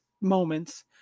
moments